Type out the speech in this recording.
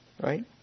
right